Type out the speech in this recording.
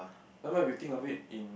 some more you think of it in